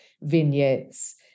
vignettes